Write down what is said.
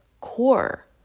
core